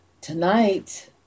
tonight